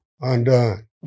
Undone